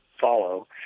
follow